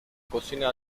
cocina